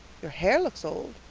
your hair looks old.